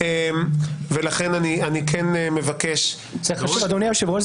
אדוני היושב-ראש,